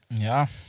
Ja